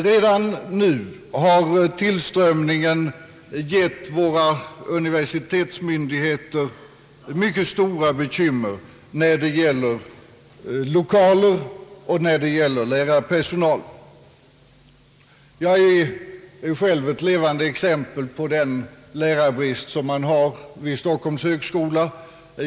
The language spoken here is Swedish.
Redan nu har tillströmningen gett våra universitetsmyndigheter mycket stora bekymmer när det gäller l1okaler och lärarpersonal. Jag är själv ett levande exempel på den lärarbrist som råder vid Stockholms högskola.